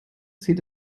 zieht